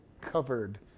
covered